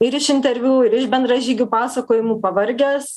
ir iš interviu ir iš bendražygių pasakojimų pavargęs